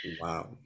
Wow